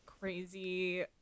crazy